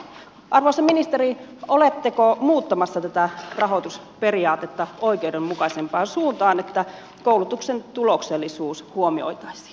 arvoisa ministeri oletteko muuttamassa tätä rahoitusperiaatetta oikeudenmukaisempaan suuntaan että koulutuksen tuloksellisuus huomioitaisiin